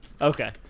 Okay